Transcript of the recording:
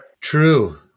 True